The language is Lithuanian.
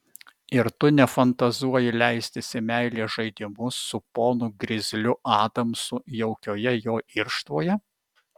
ir tu nefantazuoji leistis į meilės žaidimus su ponu grizliu adamsu jaukioje jo irštvoje